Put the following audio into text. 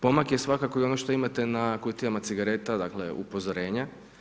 Pomak je svakako i ono što imate na kutijama cigareta, dakle, upozorenja.